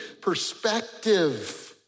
perspective